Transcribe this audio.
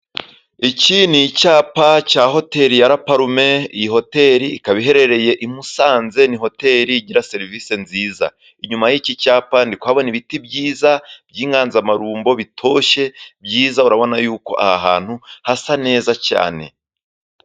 Iki ni icyapa cya hoteli ya Laparume. Iyi hoteli ikaba iherereye i Musanze. Ni hotel igira serivisi nziza. Inyuma y'iki cyapa ndi kuhabona ibiti byiza by'inganzamarumbo, bitoshye byiza. Urabona y'uko aha hantu hasa neza cyane.